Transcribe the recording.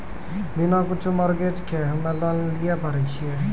बिना कुछो मॉर्गेज के हम्मय लोन लिये पारे छियै?